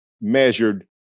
measured